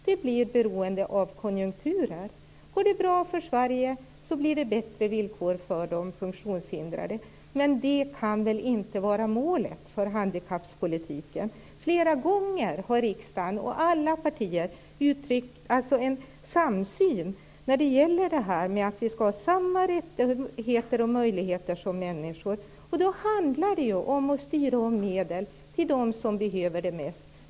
Det blir beroende av konjunkturer, dvs. går det bra för Sverige blir det bättre villkor för de funktionshindrade. Men det kan väl inte vara målet för handikappolitiken? Flera gånger har riksdagen och alla partier uttryckt en samsyn när det gäller att vi skall ha samma rättigheter och möjligheter som människor. Men då handlar det om att styra om medel till dem som behöver det mest!